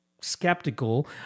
skeptical